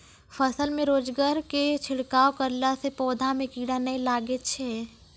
फसल मे रोगऽर के छिड़काव करला से पौधा मे कीड़ा नैय लागै छै?